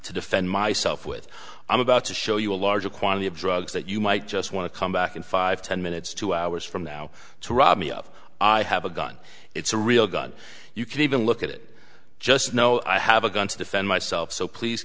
to defend myself with i'm about to show you a large quantity of drugs that you might just want to come back in five ten minutes two hours from now to rob me of i have a gun it's a real gun you can even look at it just know i have a gun to defend myself so please